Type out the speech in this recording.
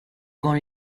con